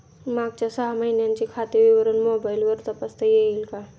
मागच्या सहा महिन्यांचे खाते विवरण मोबाइलवर तपासता येईल का?